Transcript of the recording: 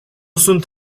sunt